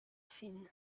seen